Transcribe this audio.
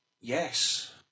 Yes